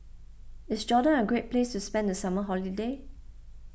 is Jordan a great place to spend the summer holiday